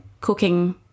cooking